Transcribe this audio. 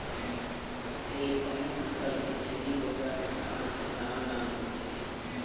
alpine नसल के छेरी बोकरा के कान ह नान नान होथे